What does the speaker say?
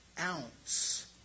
ounce